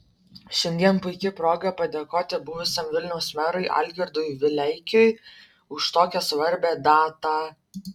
šiandien puiki proga padėkoti buvusiam vilniaus merui algirdui vileikiui už tokią svarbią datą